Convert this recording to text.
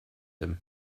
him